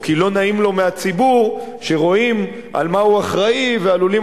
או כי לא נעים לו מהציבור שרואים למה הוא אחראי ועלולים